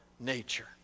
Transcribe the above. nature